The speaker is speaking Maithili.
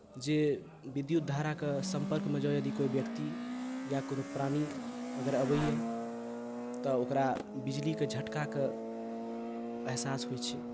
जे विद्युत धाराके सम्पर्कमे जँ यदि कोनो व्यक्ति या कोनो प्राणी अगर अबैए तऽ ओकरा बिजलीके झटकाके एहसास होइत छै